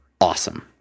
awesome